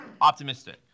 optimistic